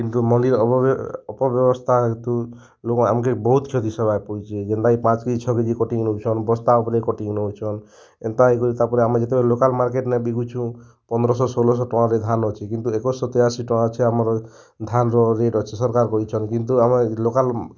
କିନ୍ତୁ ମଣ୍ଡିର ଅପବ୍ୟବସ୍ଥା ହେତୁ ଲୋକ୍ମାନେ ଆମ୍କେ ବହୁତ୍ କ୍ଷତି ସହେବାର୍କେ ପଡ଼ୁଛେ ଯେନ୍ତା କି ପାଞ୍ଚ୍ କେଜି ଛଅ କେଜି କଟିଙ୍ଗ୍ ନେଉଛନ୍ ବସ୍ତା ଉପ୍ରେ କଟିଙ୍ଗ୍ ନେଉଛନ୍ ଏନ୍ତା ହେଇକରି ତା'ର୍ପରେ ଆମେ ଯେତେବେଲେ ଲୋକାଲ୍ ମାର୍କେଟ୍ନେ ବିକୁଛୁଁ ପନ୍ଦ୍ରଶହ ଷୋହଳଶହ ଟଙ୍କାରେ ଧାନ୍ ଅଛେ କିନ୍ତୁ ଏକୋଇଶ୍ଶହ ତେୟାଶି ଟଙ୍କା ଅଛେ ଆମର୍ ଧାନ୍ ର ରେଟ୍ ଅଛେ ସରକାର୍ କହିଛନ୍ କିନ୍ତୁ ଆମେ ଲୋକାଲ୍